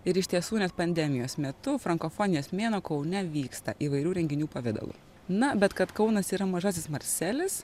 ir iš tiesų net pandemijos metu frankofonijos mėnuo kaune vyksta įvairių renginių pavidalu na bet kad kaunas yra mažasis marselis